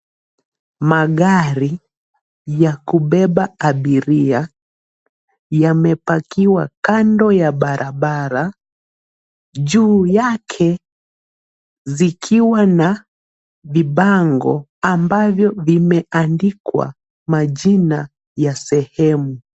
Magari ya kubeba abiria yamepakiwa kando ya barabara juu yake zikiwa na vibango ambavyo vimeandikwa majina ya sehemu.